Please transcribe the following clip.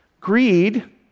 greed